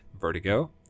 Vertigo